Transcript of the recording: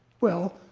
well,